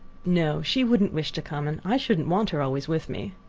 no she wouldn't wish to come, and i shouldn't want her always with me.